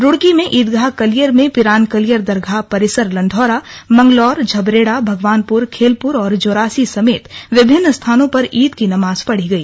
रुड़की में ईदगाह कलियर में पिरान कलियर दरगाह परिसर लंढौरा मंगलोर झबरेड़ा भगवानपुर खेलपुर और जोरासी समेत विभिन्न स्थानों पर ईद की नमाज पढ़ी गई